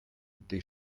des